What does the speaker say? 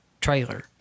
trailer